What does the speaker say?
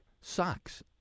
Socks